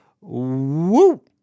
Woo